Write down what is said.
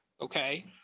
okay